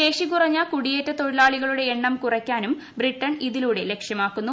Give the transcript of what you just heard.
ശേഷി കുറഞ്ഞ കുടിയേറ്റ തൊഴിലാളികളുടെ എണ്ണം കുറയ്ക്കാനും ബ്രിട്ടൻ ഇതിലൂടെ ലക്ഷ്യമാക്കുന്നു